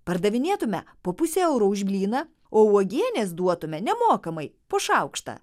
pardavinėtume po pusę euro už blyną o uogienės duotume nemokamai po šaukštą